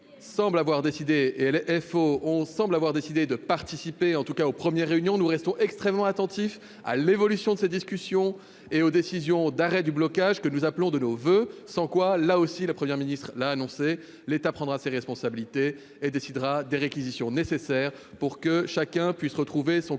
semblent avoir décidé de participer aux premières réunions. Nous restons extrêmement attentifs à l'évolution de ces discussions et aux décisions d'arrêt du blocage, que nous appelons de nos voeux. En l'absence d'une telle décision, là encore- Mme la Première ministre l'a annoncé -, l'État prendra ses responsabilités et décidera des réquisitions nécessaires pour que chacun puisse retrouver un quotidien